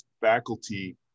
faculty